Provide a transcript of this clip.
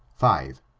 five.